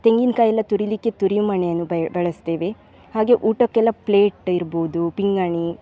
ತೆಂಗಿನಕಾಯಿ ಎಲ್ಲ ತುರಿಯಲಿಕ್ಕೆ ತುರಿಮಣೆಯನ್ನು ಬಳ ಬಳಸ್ತೇವೆ ಹಾಗೇ ಊಟಕ್ಕೆಲ್ಲ ಪ್ಲೇಟ್ ಇರ್ಬೋದು ಪಿಂಗಾಣಿ